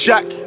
Jack